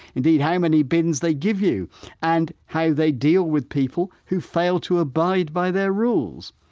indeed how many bins they give you and how they deal with people who fail to abide by their rules.